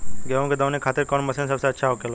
गेहु के दऊनी खातिर कौन मशीन सबसे अच्छा होखेला?